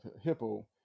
Hippo